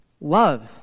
Love